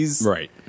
Right